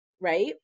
right